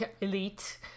elite